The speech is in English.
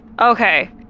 Okay